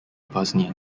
bosnia